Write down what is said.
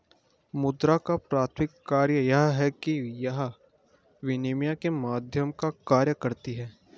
मुद्रा का प्राथमिक कार्य यह है कि यह विनिमय के माध्यम का कार्य करती है